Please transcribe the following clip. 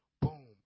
Boom